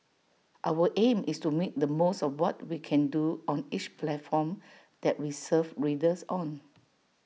our aim is to make the most of what we can do on each platform that we serve readers on